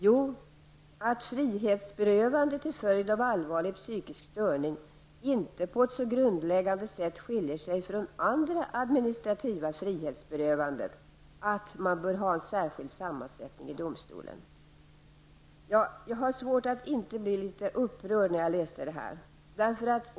Jo, det sägs att frihetsberövande till följd av allvarlig psykisk störning inte på ett så grundläggande sätt skiljer sig från andra administrativa frihetsberövanden att man bör ha en särskild sammansättning i domstolen. Jag hade svårt att inte bli upprörd när jag läste detta.